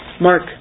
Mark